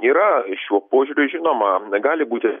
yra šiuo požiūriu žinoma gali būti